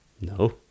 No